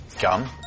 gum